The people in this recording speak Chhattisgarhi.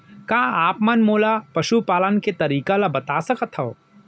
का आप मन मोला पशुपालन करे के तरीका ल बता सकथव?